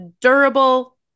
durable